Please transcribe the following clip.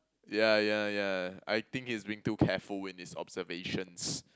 yeah yeah yeah I think he's being too careful with his observations